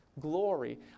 glory